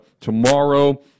tomorrow